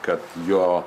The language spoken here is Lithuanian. kad jo